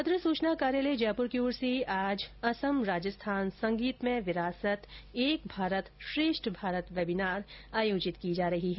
पत्र सूचना कार्यालय जयपूर की ओर से आज असम राजस्थान ः संगीतमय विरासत एक भारत श्रेष्ठ भारत वेबिनार आयोजित की जा रही है